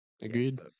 Agreed